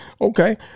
Okay